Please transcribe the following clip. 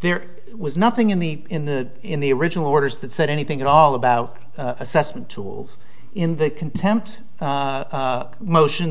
there was nothing in the in the in the original orders that said anything at all about assessment tools in the content motion